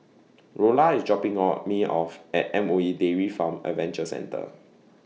Rolla IS dropping Me off At M O E Dairy Farm Adventure Centre